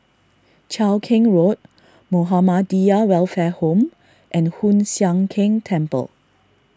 Cheow Keng Road Muhammadiyah Welfare Home and Hoon Sian Keng Temple